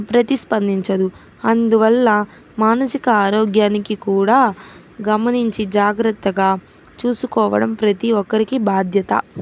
ప్రతిస్పందించదు అందువల్ల మానసిక ఆరోగ్యానికి కూడా గమనించి జాగ్రత్తగా చూసుకోవడం ప్రతి ఒక్కరికి బాధ్యత